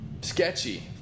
sketchy